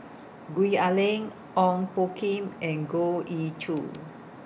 Gwee Ah Leng Ong Poh Kim and Goh Ee Choo